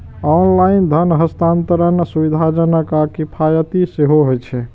online धन हस्तांतरण सुविधाजनक आ किफायती सेहो होइ छै